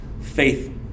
faith